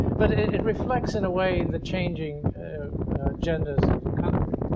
but it it and reflects in a way the changing agendas of the country.